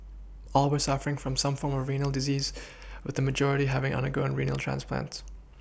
all were suffering from some form of renal disease with the majority having undergone renal transplants